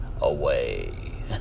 away